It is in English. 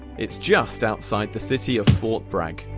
it's just outside the city of fort bragg,